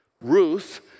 Ruth